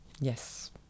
Yes